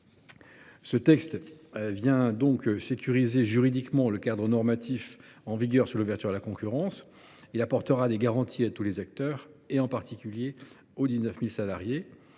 Ce texte vient donc sécuriser juridiquement le cadre normatif en vigueur sur l’ouverture à la concurrence. Il apportera des garanties à tous les acteurs, en particulier aux 19 000 salariés,